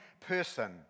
person